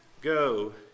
Go